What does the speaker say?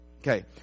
Okay